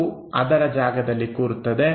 ಅದು ಅದರ ಜಾಗದಲ್ಲಿ ಕೂರುತ್ತದೆ